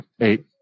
eight